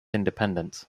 independence